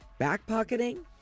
backpocketing